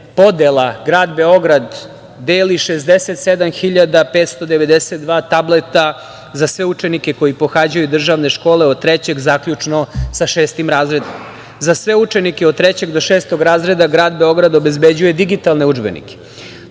grad Beograd deli 67.592 tableta za sve učenike koji pohađaju državne škole od trećeg zaključno sa šestim razredom. Za sve učenike od trećeg do šestog razreda grad Beograd obezbeđuje digitalne udžbenike.